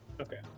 Okay